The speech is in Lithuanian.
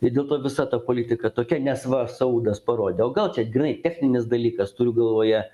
ir dėl to visa ta politika tokia nes va saudas parodė o gal čia grynai techninis dalykas turiu galvoje